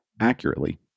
accurately